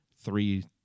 three